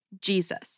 Jesus